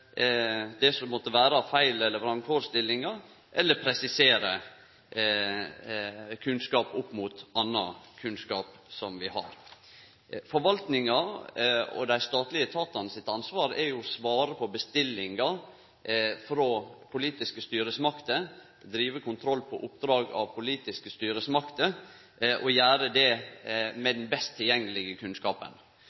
eller presisere kunnskap opp mot annan kunnskap som vi har. Forvaltinga og dei statlege etatane sitt ansvar er å svare på bestillingar frå politiske styresmakter, drive kontroll på oppdrag av politiske styresmakter og gjere det med